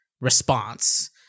response